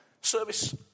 service